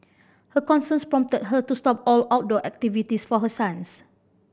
her concerns prompted her to stop all outdoor activities for her sons